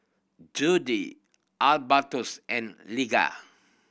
Judi Albertus and